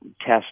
test